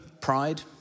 pride